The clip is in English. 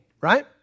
right